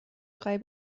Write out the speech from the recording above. drei